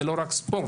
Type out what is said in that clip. זה לא רק ספורט,